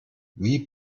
wie